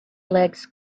legs